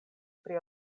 pri